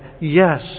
yes